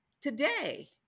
today